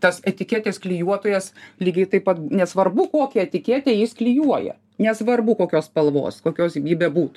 tas etiketės klijuotojas lygiai taip pat nesvarbu kokią etiketę jis klijuoja nesvarbu kokios spalvos kokios gi bebūt